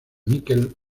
mikel